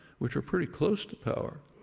which are pretty close to power,